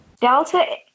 Delta